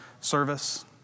service